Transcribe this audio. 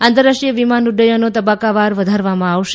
આંતરરાષ્ટ્રીય વિમાન ઉડ્ડયનો તબક્કાવાર વધારવામાં આવશે